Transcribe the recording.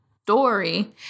story